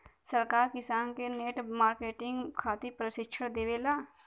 सरकार किसान के नेट मार्केटिंग खातिर प्रक्षिक्षण देबेले?